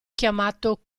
chiamato